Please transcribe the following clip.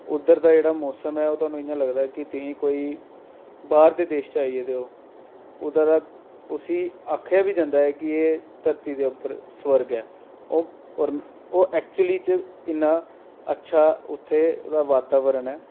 उद्धर दा जेह्ड़ा मौसम ऐ ओह् थुहानूं इयां लगदा कि तुस कोई बाह्र दे देश च आई गेदे ओ ओह्दा तां उस्सी आखेआ बी जंदा ऐ कि एह् धरती दे उप्पर सुरग ऐ ओह् और ओह् ऐक्चुअली च इन्ना अच्छा उत्थै दा वातावरण ऐ